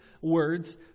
words